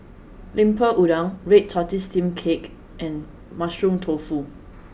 lemper udang red tortoise steamed cake and mushroom tofu